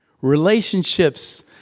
Relationships